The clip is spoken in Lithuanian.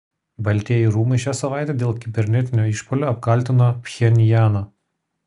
baltieji rūmai šią savaitę dėl kibernetinio išpuolio apkaltino pchenjaną